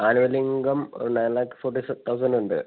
annual income ഒരു nine lakh forty six thousand ഉണ്ട്